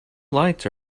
lights